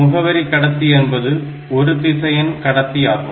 முகவரி கடத்தி என்பது ஒருதிசையன் கடத்தி ஆகும்